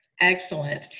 Excellent